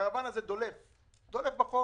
הקרוואן הזה דולף בחורף,